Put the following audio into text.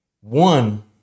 One